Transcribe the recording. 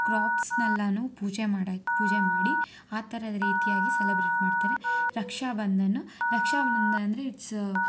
ಕ್ರಾಪ್ಸ್ನೆಲ್ಲಾ ಪೂಜೆ ಮಾಡಕ್ಕೆ ಪೂಜೆ ಮಾಡಿ ಆ ಥರದ ರೀತಿಯಾಗಿ ಸೆಲೆಬ್ರೇಟ್ ಮಾಡ್ತಾರೆ ರಕ್ಷಾಬಂಧನ ರಕ್ಷಾಬಂಧನ ಅಂದರೆ ಇಟ್ಸ್